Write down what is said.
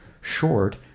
short